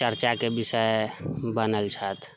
चर्चाके विषय बनल छथि